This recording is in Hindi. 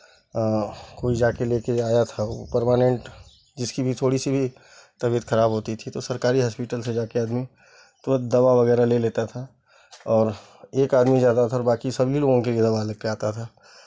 कोई जाके लेके आया था वो परमानेंट जिसकी भी थोड़ी सी भी तबियत खराब होती थी तो सरकारी हॉस्पिटल से जाके आदमी तुरन्त दवा वगैरह ले लेता था और एक आदमी जाता था और बाँकी सभी लोगों के लिए दवा लेके आता था